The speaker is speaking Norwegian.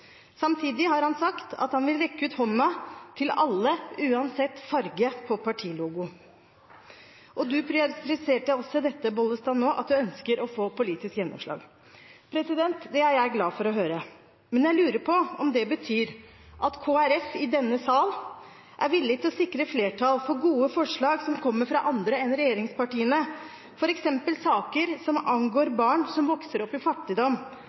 Samtidig har han sagt at han vil rekke ut hånden til alle, uansett farge på partilogo. Representanten Bollestad presiserte nå at hun ønsker å få politisk gjennomslag, og det er jeg glad for å høre. Men jeg lurer på om det betyr at Kristelig Folkeparti i denne sal er villig til å sikre flertall for gode forslag som kommer fra andre enn regjeringspartiene, f.eks. i saker som angår barn som vokser opp i fattigdom